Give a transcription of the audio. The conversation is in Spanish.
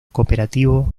cooperativo